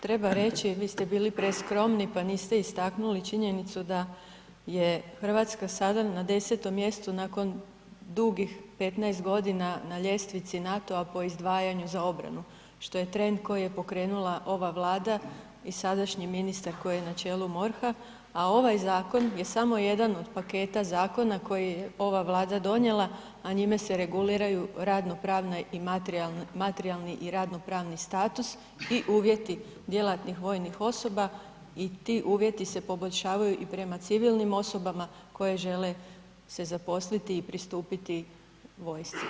Treba reći, vi ste bili preskromni pa niste istaknuli činjenicu da je Hrvatska sad na 10. mjestu nakon dugih 15 g. na ljestvici NATO-a po izdvajanju za obranu što je trend koji je pokrenula ova Vlada i sadašnji ministar koji je na čelu MORH-a a ovaj zakon je samo jedan od paketa zakona koji je ova Vlada donijela a njime se reguliraju materijalni i radno-pravno status i uvjeti djelatnih vojnih osoba i ti uvjeti se poboljšavaju i prema civilnim osobama koje žele se zaposliti i pristupiti vojsci.